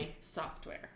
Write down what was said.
software